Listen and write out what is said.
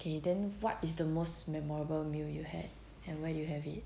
okay then what is the most memorable meal you had and where did you have it